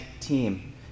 team